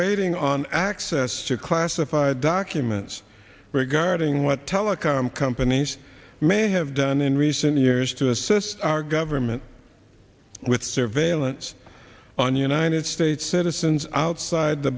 waiting on act sir classified documents regarding what telecom companies may have done in recent years to assist our government with surveillance on united states citizens outside the